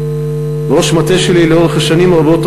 ראש המטה שלי לאורך שנים רבות,